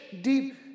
deep